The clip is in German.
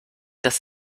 das